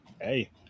hey